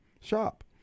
shop